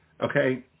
okay